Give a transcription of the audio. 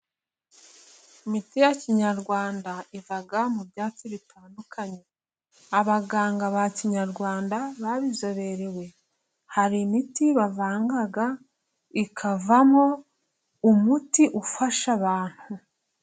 Imiti ya kinyarwanda iva mu byatsi bitandukanye. Abaganga ba kinyarwanda babizoberewe hari imiti bavanga ikavamo umuti ufasha abantu.